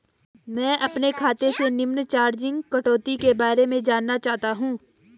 मैं अपने खाते से निम्न चार्जिज़ कटौती के बारे में जानना चाहता हूँ?